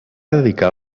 dedicar